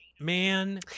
Man